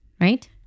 right